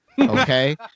okay